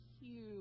huge